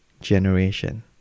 generation